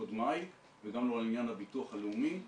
קודמיי וגם לא על עניין הביטוח הלאומי,